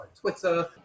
twitter